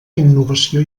innovació